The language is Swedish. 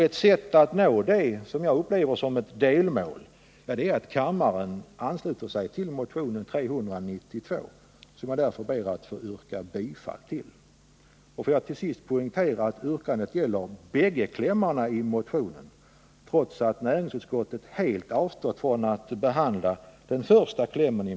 Ett sätt att nå detta — som jag upplever som ett delmål — är att kammaren ansluter sig till motion 392, som jag därför ber att få yrka bifall till. Låt mig till sist poängtera att yrkandet gäller bägge klämmarna i motionen trots att näringsutskottet helt avstått från att behandla den första klämmen.